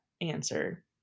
answer